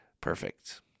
perfect